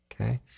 okay